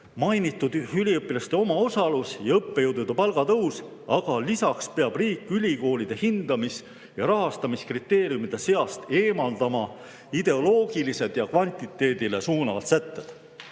mainitud üliõpilaste omaosalus ja õppejõudude palga tõus, aga lisaks peab riik ülikoolide hindamise ja rahastamise kriteeriumide seast eemaldama ideoloogilised ja kvantiteedile suunavad sätted.